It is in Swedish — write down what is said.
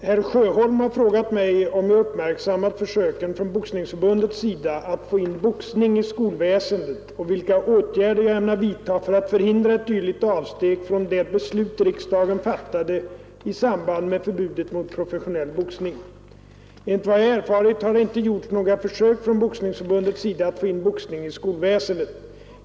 Herr talman! Herr Sjöholm har frågat mig, om jag uppmärksammat försöken från Boxningsförbundets sida att få in boxning i skolväsendet och vilka åtgärder jag ämnar vidtaga för att förhindra ett dylikt avsteg från det beslut riksdagen fattade i samband med förbudet mot professionell boxning. Enligt vad jag erfarit har det inte gjorts några försök från Boxningsförbundets sida att få in boxning i skolväsendet.